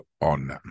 on